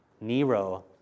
Nero